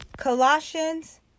Colossians